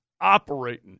operating